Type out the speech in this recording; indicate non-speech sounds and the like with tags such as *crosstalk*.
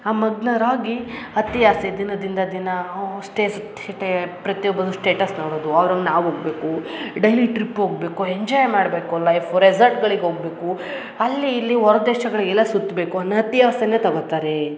ಆ ಮಗ್ನರಾಗಿ ಅತಿ ಆಸೆ ದಿನದಿಂದ ದಿನ ಓ *unintelligible* ಪ್ರತಿಯೊಬ್ಬರೂ ಸ್ಟೇಟಸ್ ನೋಡೋದು ಅವ್ರಂಗೆ ನಾವು ಹೋಗ್ಬೇಕೂ ಡೈಲಿ ಟ್ರಿಪ್ ಹೋಗ್ಬೇಕು ಎಂಜಾಯ್ ಮಾಡಬೇಕು ಲೈಫು ರೆಸಾರ್ಟ್ಗಳಿಗೆ ಹೋಗ್ಬೇಕೂ ಅಲ್ಲಿ ಇಲ್ಲಿ ಹೊರ್ ದೇಶಗಳಿಗೆಲ್ಲ ಸುತ್ತಬೇಕು ಅನ್ನೊ ಅತಿ ಆಸೆನ ತಗೊತಾರೆ